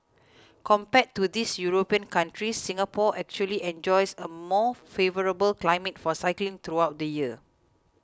compared to these European countries Singapore actually enjoys a more favourable climate for cycling throughout the year